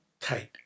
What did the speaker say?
Tight